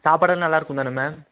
சாப்பாடுலாம் நல்லா இருக்கும் தானே மேம்